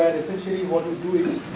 essentially what we do is